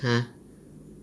!huh!